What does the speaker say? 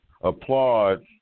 applaud